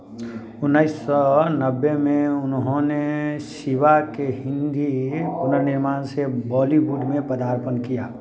उन्नीस सौ नब्बे में उन्होंने शिवा के हिंदी पुनर्निर्माण से बॉलीवुड में पदार्पण किया